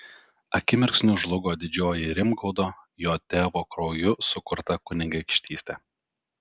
akimirksniu žlugo didžioji rimgaudo jo tėvo krauju sukurta kunigaikštystė